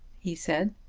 he said.